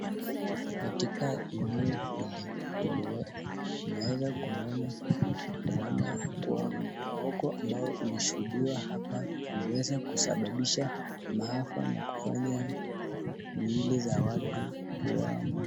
Katika eneo hili iliwazi naweza kumwona mwana kwa mporomoka ambao ulishuhudiwa hapa, iliweza kusababisha maafa na kufanya miili za watu kuwa...